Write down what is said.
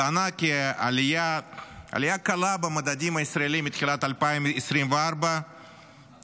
היא טענה כי עלייה קלה במדדים הישראלים מתחילת 2024 היא